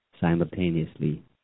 simultaneously